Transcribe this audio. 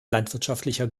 landwirtschaftlicher